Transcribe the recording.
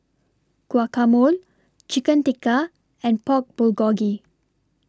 Guacamole Chicken Tikka and Pork Bulgogi